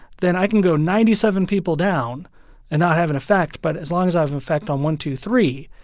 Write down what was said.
then i can go ninety seven people down and not have an effect, but as long as i have an effect on one, two, three,